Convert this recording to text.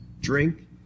drink